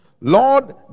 Lord